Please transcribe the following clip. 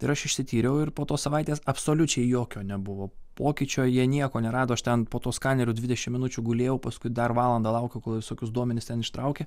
ir aš išsityriau ir po tos savaitės absoliučiai jokio nebuvo pokyčio jie nieko nerado aš ten po tuo skaneriu ir dvidešimt minučių gulėjau paskui dar valandą laukiau kol visokius duomenis ten ištraukė